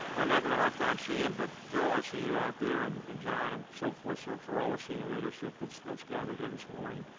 i'm having a hard time seeing, and but joe i see you out there and and john and so forth, so for all the senior leadership that's that's gathered here this morning,